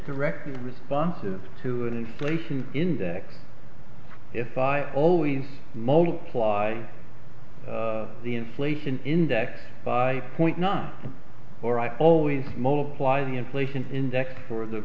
directly responsive to an inflation index if i always multiply the inflation index by point none or i always multiply the inflation index for the